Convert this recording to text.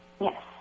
Yes